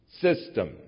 system